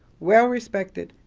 well-respected,